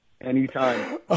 Anytime